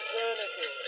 Eternity